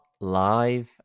live